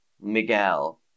Miguel